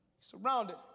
surrounded